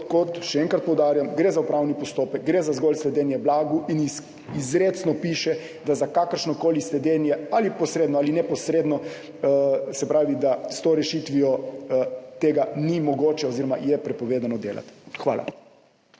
Še enkrat, poudarjam, gre za upravni postopek, gre za zgolj sledenje blagu in izrecno piše, da kakršnokoli sledenje, posredno ali neposredno, s to rešitvijo ni mogoče oziroma je prepovedano delati. Hvala.